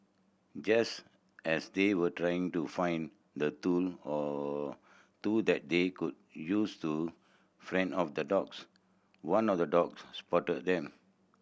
just as they were trying to find the tool or two that they could use to fend off the dogs one of the dogs spotted them